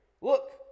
look